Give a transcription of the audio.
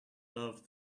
love